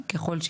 היא